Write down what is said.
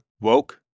Woke